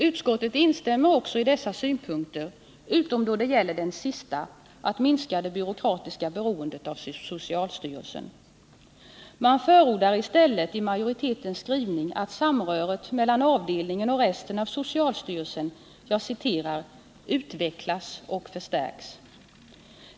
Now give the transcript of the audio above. Utskottet instämmer också i dessa synpunkter — utom då det gäller den sista, att man skall minska det byråkratiska beroendet av socialstyrelsen. I majoritetens skrivning förordas i stället att samröret mellan läkemedelsavdelningen och resten av socialstyrelsen ”utvecklas och förstärks”.